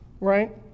right